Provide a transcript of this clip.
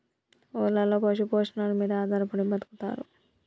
ఊర్లలో పశు పోషణల మీద ఆధారపడి బతుకుతారు